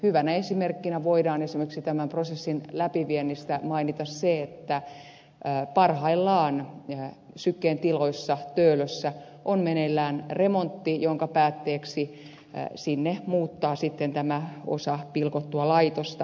hyvänä esimerkkinä voidaan tämän prosessin läpiviennistä mainita esimerkiksi se että parhaillaan syken tiloissa töölössä on meneillään remontti jonka päätteeksi sinne muuttaa sitten tämä osa pilkottua laitosta